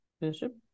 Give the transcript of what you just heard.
Bishop